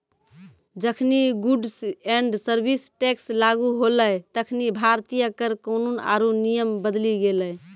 जखनि goods and service tax लागू होलै तखनि भारतीय कर कानून आरु नियम बदली गेलै